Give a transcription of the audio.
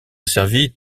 servi